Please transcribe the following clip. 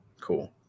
cool